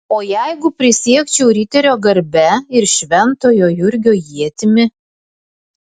o jeigu prisiekčiau riterio garbe ir šventojo jurgio ietimi